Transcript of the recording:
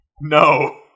No